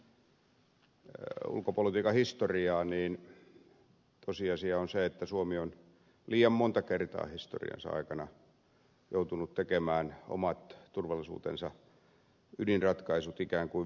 kun katsoo suomen ulkopolitiikan historiaa niin tosiasia on se että suomi on liian monta kertaa historiansa aikana joutunut tekemään oman turvallisuutensa ydinratkaisut ikään kuin vänkäraossa